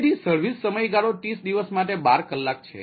તેથી સર્વિસ સમયગાળો 30 દિવસ માટે 12 કલાક છે